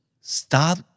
Stop